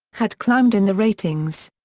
had climbed in the ratings.